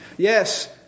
Yes